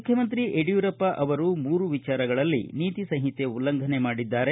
ಮುಖ್ಣಮಂತ್ರಿ ಯಡಿಯೂರಪ್ಪ ಅವರು ಮೂರು ವಿಚಾರಗಳಲ್ಲಿ ನೀತಿ ಸಂಹಿತೆ ಉಲ್ಲಂಘನೆ ಮಾಡಿದ್ದಾರೆ